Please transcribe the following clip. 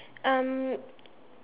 um